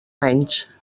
anys